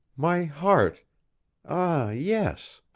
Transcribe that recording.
my heart ah yes!